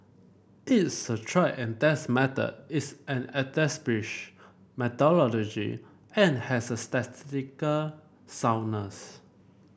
it's a tried and test method it's an methodology and has a statistical soundness